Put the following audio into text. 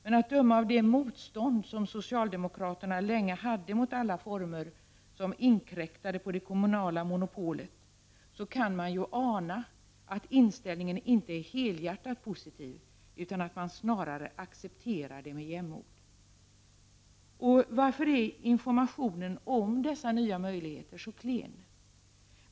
Men att döma av det motstånd som socialdemokraterna länge hade mot alla barnomsorgsformer som inkräktade på det kommunala monopolet, kan man ju ana att inställningen inte är helhjärtat positiv utan att socialdemokraterna snarare accepterar dem med jämnmod. Varför är informationen om dessa nya möjligheter så klen?